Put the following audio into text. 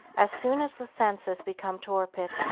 as soon as the senses become torpid,